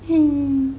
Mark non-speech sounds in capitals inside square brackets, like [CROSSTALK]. [LAUGHS]